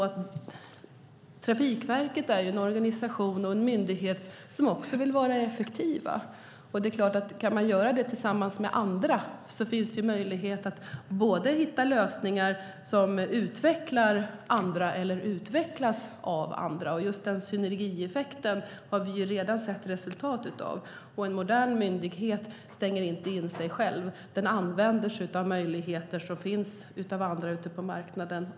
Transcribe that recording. Trafikverket är en organisation och en myndighet som vill vara effektiv, och det är klart att om man kan samarbeta med andra finns det möjlighet att hitta lösningar som både utvecklar andra och utvecklas av andra. Just den synergieffekten har vi redan sett resultat av. Och en modern myndighet stänger inte in sig själv. Den använder sig av de möjligheter som också finns ute på marknaden.